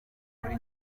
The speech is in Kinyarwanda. muri